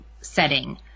setting